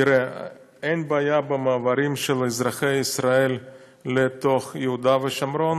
אין בעיה במעברים של אזרחי ישראל לתוך יהודה ושומרון,